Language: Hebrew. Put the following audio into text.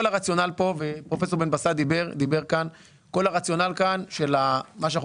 כל הרציונל כאן - ופרופ' בן בסט דיבר כאן של מה שאנחנו